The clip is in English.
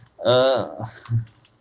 err